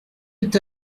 est